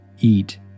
eat